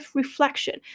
reflection